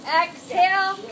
exhale